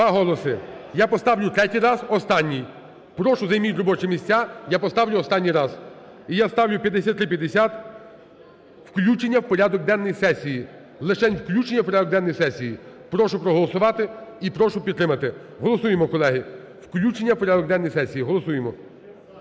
Два голоси. Я поставлю третій раз, останній. Прошу, займіть робочі місця, я поставлю останній раз. І я ставлю 5350 включення в порядок денний сесії, лишень включення в порядок денний сесії. Прошу проголосувати і прошу підтримати. Голосуємо, колеги, включення в порядок денний сесії. Голосуємо.